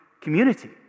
community